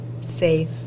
safe